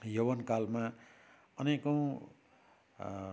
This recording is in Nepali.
यौवनकालमा अनेकौँ